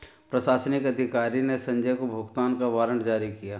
प्रशासनिक अधिकारी ने संजय को भुगतान का वारंट जारी किया